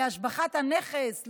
להשבחת הנכס,